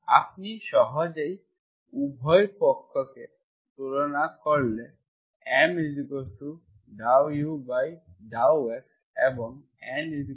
আপনি সহজেই উভয় পক্ষের তুলনা করলে M∂u∂xএবং N∂u∂y পাবেন